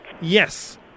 Yes